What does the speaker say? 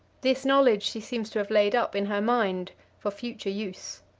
this knowledge she seems to have laid up in her mind for future use.